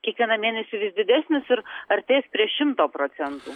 kiekvieną mėnesį vis didesnis ir artės prie šimto procentų